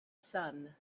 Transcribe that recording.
sun